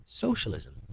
socialism